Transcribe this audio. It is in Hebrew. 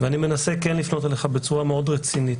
ואני מנסה כן לפנות אליך בצורה רצינית.